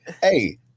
hey